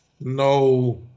no